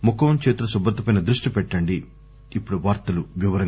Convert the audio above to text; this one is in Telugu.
ముఖం చేతుల శుభ్రతపై దృష్టి పెట్టండి ఇప్పుడు వార్తల వివరాలు